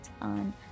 on